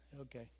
Okay